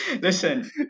listen